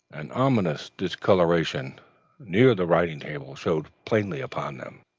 an ominous discoloration near the writing-table showed plainly upon them.